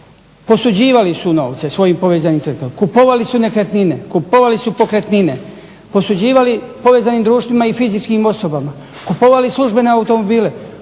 Posuđivali su novce svojim povezanim tvrtkama, kupovali su nekretnine, kupovali su pokretnine, posuđivali povezanim društvima i fizičkim osobama, kupovali službene automobile.